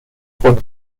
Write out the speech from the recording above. von